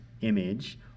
image